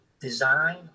design